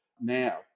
Now